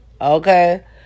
Okay